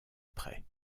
près